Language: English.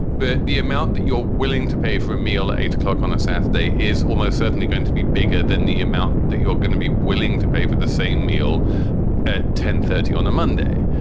the the amount that you're willing to pay for a meal at eight o'clock on a saturday is almost certainly going to be bigger than the amount that you're going to be willing to pay for the same meal at ten thirty on a monday.